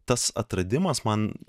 tas atradimas man